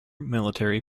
military